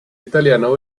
italiano